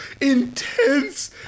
intense